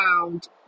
found